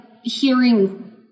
hearing